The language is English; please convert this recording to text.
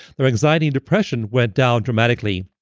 their anxiety and depression went down dramatically.